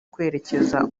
kwerekeza